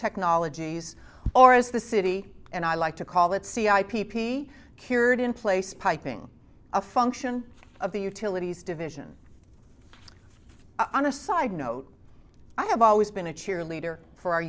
nologies or as the city and i like to call it see i p p cured in place piping a function of the utilities division on a side note i have always been a cheerleader for our